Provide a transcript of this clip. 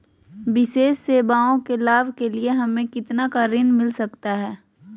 विशेष सेवाओं के लाभ के लिए हमें कितना का ऋण मिलता सकता है?